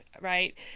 right